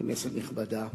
כנסת נכבדה,